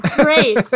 Great